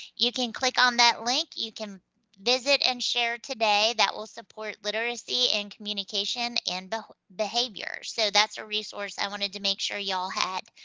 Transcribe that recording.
you can click on that link. you can visit and share today that will support literacy and communication and behaviors so that's a resource i wanted to make sure y'all had.